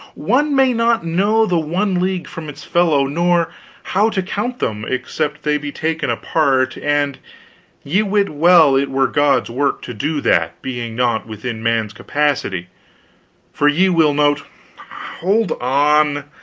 one may not know the one league from its fellow, nor how to count them except they be taken apart, and ye wit well it were god's work to do that, being not within man's capacity for ye will note hold on,